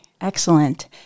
Excellent